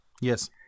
Yes